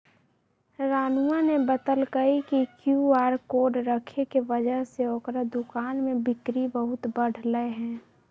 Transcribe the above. रानूआ ने बतल कई कि क्यू आर कोड रखे के वजह से ओकरा दुकान में बिक्री बहुत बढ़ लय है